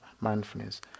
mindfulness